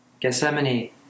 Gethsemane